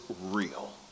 real